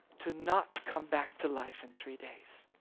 to not come back to life in three days,